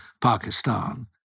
Pakistan